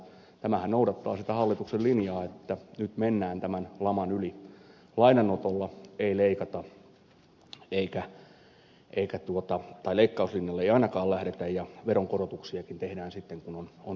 tämähän noudattaa sitä hallituksen linjaa että nyt mennään tämän laman yli lainanotolla ja leikkauslinjalle ei ainakaan lähdetä ja veronkorotuksiakin tehdään sitten kun on sen aika